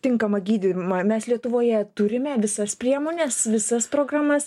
tinkamą gydymą mes lietuvoje turime visas priemones visas programas